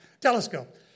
telescope